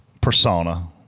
persona